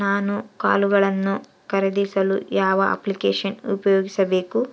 ನಾನು ಕಾಳುಗಳನ್ನು ಖರೇದಿಸಲು ಯಾವ ಅಪ್ಲಿಕೇಶನ್ ಉಪಯೋಗಿಸಬೇಕು?